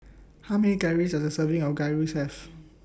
How Many Calories Does A Serving of Gyros Have